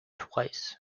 twice